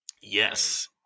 Yes